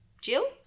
Jill